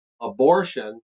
Abortion